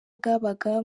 bwabaga